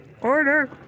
Order